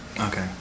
Okay